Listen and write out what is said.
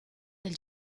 del